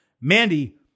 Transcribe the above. Mandy